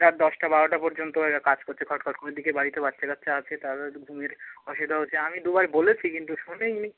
রাত দশটা বারোটা পর্যন্ত এরা কাজ করছে খটখট করে ওই দিকের বাড়িটায় বাচ্চা কাচ্চা আছে তারা তো একটু ঘুমিয়ে থাকে অসুবিধা হচ্ছে আমি দুবার বলেছি কিন্তু শোনেই নি